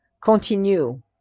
continue